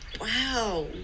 wow